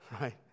Right